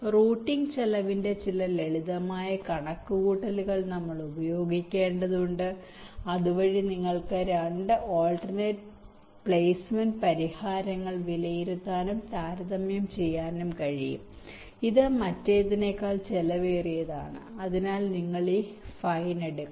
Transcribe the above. routing ചിലവിന്റെ ചില ലളിതമായ കണക്കുകൂട്ടലുകൾ നമ്മൾ ഉപയോഗിക്കേണ്ടതുണ്ട് അതുവഴി നിങ്ങൾക്ക് 2 ആൾട്ടർനേറ്റ് പ്ലേസ്മെന്റ് പരിഹാരങ്ങൾ വിലയിരുത്താനും താരതമ്യം ചെയ്യാനും കഴിയും ഇത് മറ്റേതിനേക്കാൾ ചെലവേറിയതാണ് അതിനാൽ നിങ്ങൾ ഈ ഫൈൻ എടുക്കും